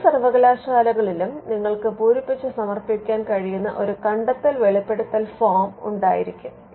മിക്ക സർവ്വകലാശാലകളിലും നിങ്ങൾക്ക് പൂരിപ്പിച്ച് സമർപ്പിക്കാൻ കഴിയുന്ന ഒരു കണ്ടെത്തൽ വെളിപ്പെടുത്തൽ ഫോം ഉണ്ടായിരിക്കും